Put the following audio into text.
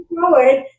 forward